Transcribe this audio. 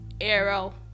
arrow